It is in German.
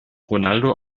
ronaldo